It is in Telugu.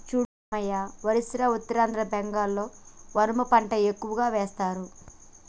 చూడు రామయ్య ఒరిస్సా ఉత్తరాంధ్ర బెంగాల్లో ఓనము పంట ఎక్కువ వేస్తారు